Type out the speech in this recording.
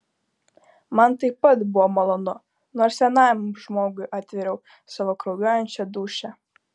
man taip pat buvo malonu nors vienam žmogui atvėriau savo kraujuojančią dūšią